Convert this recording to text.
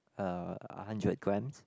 uh a hundred grams